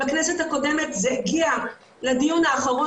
בכנסת הקודמת זה הגיע לדיון האחרון